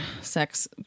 sex